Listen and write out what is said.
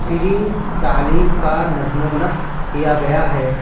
free تعلیم کا نظم ونسق کیا گیا ہے